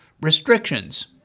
restrictions